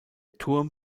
turm